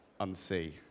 unsee